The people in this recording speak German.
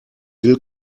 will